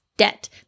debt